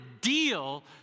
deal